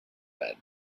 bed